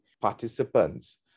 participants